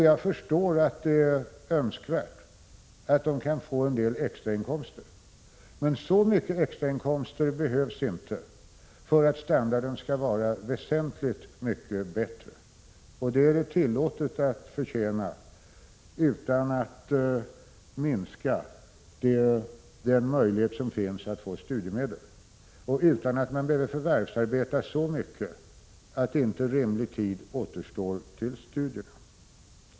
Jag förstår att det är önskvärt att studenterna kan få en del extra inkomster, men så mycket extra inkomster behövs det inte för att standarden skall vara väsentligt mycket bättre, och det är det tillåtet att förtjäna utan att mista möjligheten att få studiemedel och utan att man behöver förvärvsarbeta så mycket att inte rimlig tid återstår till studier.